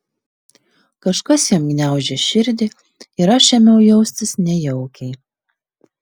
kažkas jam gniaužė širdį ir aš ėmiau jaustis nejaukiai